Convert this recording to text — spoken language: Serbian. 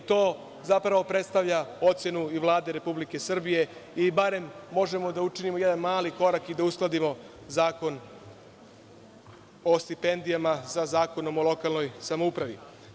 To zapravo predstavlja ocenu i Vlade Republike Srbije i barem možemo da učinimo jedan mali korak i da uskladimo Zakon o stipendijama, sa Zakonom o lokalnoj samoupravi.